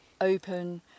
Open